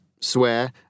swear